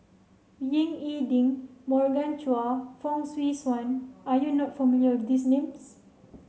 Ying E Ding Morgan Chua Fong Swee Suan are you not familiar with these names